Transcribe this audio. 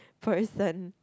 for eastern